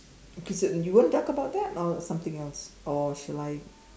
okay so you want to talk about that or something else or shall I